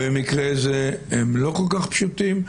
במקרה זה הם לא כל כך פשוטים,